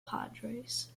padres